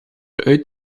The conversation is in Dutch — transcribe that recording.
uit